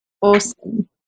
Awesome